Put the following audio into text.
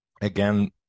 again